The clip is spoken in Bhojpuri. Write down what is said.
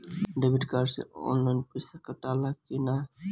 डेबिट कार्ड से ऑनलाइन पैसा कटा ले कि ना?